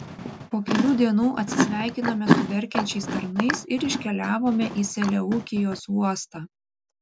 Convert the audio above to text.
po kelių dienų atsisveikinome su verkiančiais tarnais ir iškeliavome į seleukijos uostą